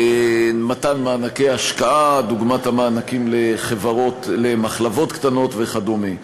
מתן מענקי השקעה דוגמת המענקים למחלבות קטנות וכדומה.